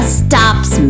stops